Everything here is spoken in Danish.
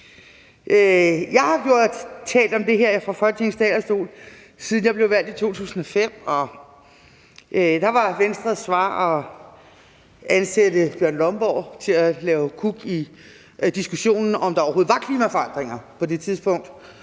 Jeg har talt om det her fra Folketingets talerstol, siden jeg blev valgt i 2005, og dér var Venstres svar at ansætte Bjørn Lomborg til at lave kuk i diskussionen, i forhold til om der overhovedet var klimaforandringer på det tidspunkt.